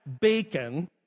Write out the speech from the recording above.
bacon